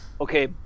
Okay